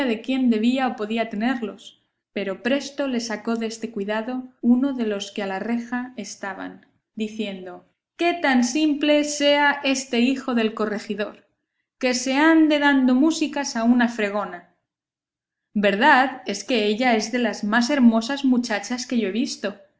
quién debía o podía tenerlos pero presto le sacó deste cuidado uno de los que a la reja estaban diciendo que tan simple sea este hijo del corregidor que se ande dando músicas a una fregona verdad es que ella es de las más hermosas muchachas que yo he visto